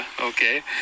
okay